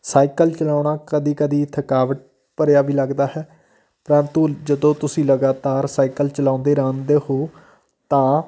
cycle ਚਲਾਉਣਾ ਕਦੇ ਕਦੇ ਥਕਾਵਟ ਭਰਿਆ ਵੀ ਲੱਗਦਾ ਹੈ ਪਰੰਤੂ ਜਦੋਂ ਤੁਸੀਂ ਲਗਾਤਾਰ ਸਾਈਕਲ ਚਲਾਉਂਦੇ ਰਹਿੰਦੇ ਹੋ ਤਾਂ